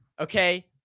okay